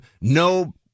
no